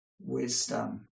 wisdom